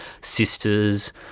sisters